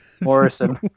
Morrison